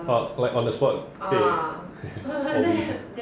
orh like on the spot 被 or-bi